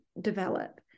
develop